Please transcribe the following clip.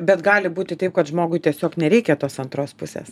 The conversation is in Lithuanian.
bet gali būti taip kad žmogui tiesiog nereikia tos antros pusės